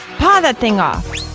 paw that thing off!